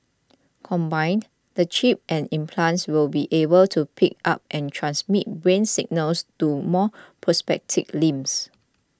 combined the chip and implants will be able to pick up and transmit brain signals to move prosthetic limbs